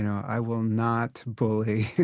i will not bully.